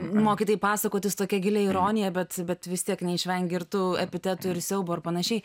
moki taip pasakoti su tokia gilia ironija bet bet vis tiek neišvengi ir tų epitetų ir siaubo ir panašiai